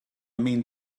mean